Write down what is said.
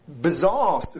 bizarre